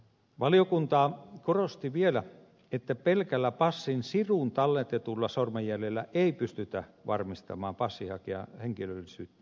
valiokunta korosti vielä että pelkällä passin siruun talletetulla sormenjäljellä ei pystytä varmistamaan passin hakijan henkilöllisyyttä luotettavasti